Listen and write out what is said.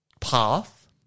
path